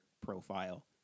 profile